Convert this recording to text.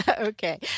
Okay